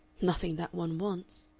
nothing that one wants.